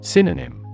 Synonym